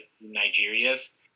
Nigeria's